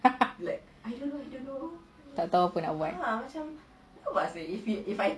tak tahu apa nak buat